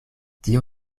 tio